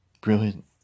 Brilliant